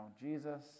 Jesus